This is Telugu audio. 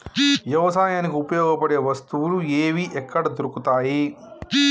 వ్యవసాయానికి ఉపయోగపడే వస్తువులు ఏవి ఎక్కడ దొరుకుతాయి?